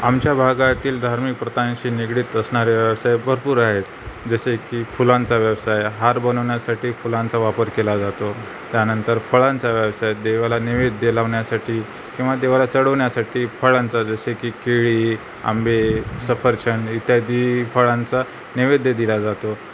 आमच्या भागातील धार्मिक प्रथांशी निगडीत असणारे व्यवसाय भरपूर आहेत जसे की फुलांचा व्यवसाय हार बनवण्यासाठी फुलांचा वापर केला जातो त्यानंतर फळांचा व्यवसाय देवाला नैवेद्य लावण्यासाठी किंवा देवाला चढवण्यासाठी फळांचा जसं की केळी आंबे सफरचंद इत्यादी फळांचा नैवेद्य दिला जातो